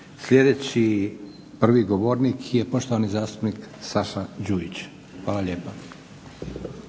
Sljedeći prvi govornik je poštovani zastupnik Saša Đuić. Hvala lijepa.